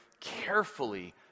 carefully